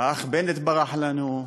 האח בנט ברח לנו,